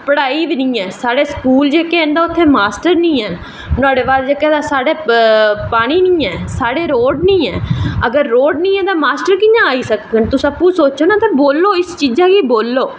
पढ़ाई बी नी ऐ साढ़े स्कूल जेह्के न उत्थें मास्टर बी नी हैन नोहाड़े बाद साढ़े जेह्का पानी नी ऐ साढ़े रोड़ नी ऐ अगर रोड़ नी ऐ ते मास्टर कियां आई सकगंन तुस अप्पूं सोचो ते बोलो इस चीजा गी बोलो